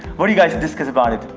what do you guys discuss about it?